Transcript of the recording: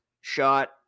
shot